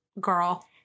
girl